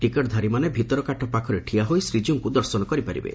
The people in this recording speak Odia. ଟିକେଟ୍ଧାରୀମାନେ ଭିତରକାଠ ପାଖରେ ଠିଆହୋଇ ଶ୍ରୀକୀଉଙ୍କୁ ଦର୍ଶନ କରିପାରିବେ